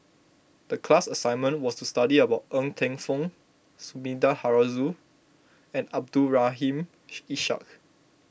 the class assignment was to study about Ng Teng Fong Sumida Haruzo and Abdul Rahim Ish Ishak